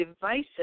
devices